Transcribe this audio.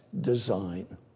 design